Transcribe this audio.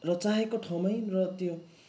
र चाहेको ठाउँमै र त्यो